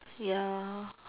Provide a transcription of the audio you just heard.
ya